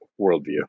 worldview